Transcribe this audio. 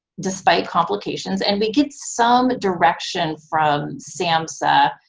despite complications, and we get some direction from samhsa.